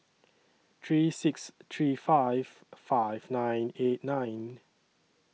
three six three five five nine eight nine